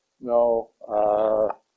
no